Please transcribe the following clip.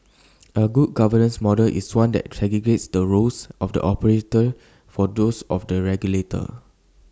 A good governance model is one that segregates the roles of the operator from those of the regulator